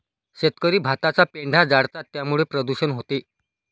शेतकरी भाताचा पेंढा जाळतात त्यामुळे प्रदूषण होते